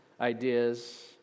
ideas